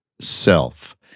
Self